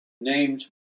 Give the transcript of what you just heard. named